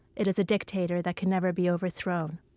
it is a dictator that can never be overthrown.